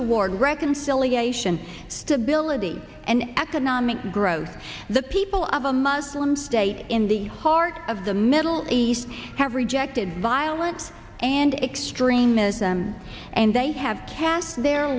toward reconciliation stability and economic growth the people of a muslim state in the heart of the middle east have rejected violence and extremism and they have cast the